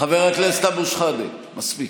חבר הכנסת אבו שחאדה, מספיק.